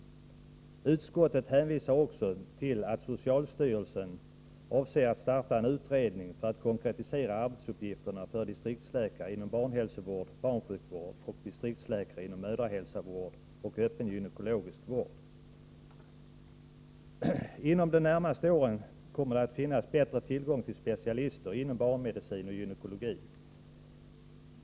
Utskottet hänvisar också till att socialstyrelsen avser att starta en utredning för att konkretisera arbetsuppgifterna för distriktslä Nr 139 kare inom barnhälsovård/barnsjukvård och distriktsläkare inom mödrahäl Onsdagen den sovård och öppen gynekologisk vård. Inom de närmaste åren kommer det att 9 maj 1984 finnas bättre tillgång till specialister inom barnmedicin och gynekologi.